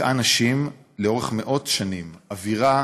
שדיכאה נשים לאורך מאות שנים, אווירה